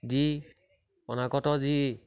যি অনাগত যি